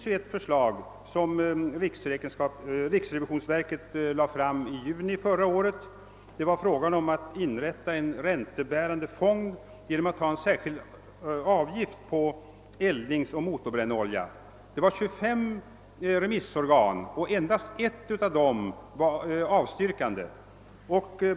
I juni förra året lade riksrevisionsverket fram ett förslag om att inrätta en räntebärande fond genom att uppta en särskild avgift på eldningsoch motorbrännolja. Av de 25 remissorgan som då yttrade sig var det bara ett som avstyrkte.